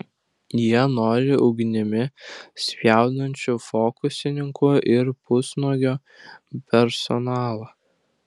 jie nori ugnimi spjaudančių fokusininkų ir pusnuogio personalo